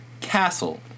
Castle